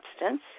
substance